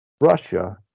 Russia